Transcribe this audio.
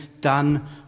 done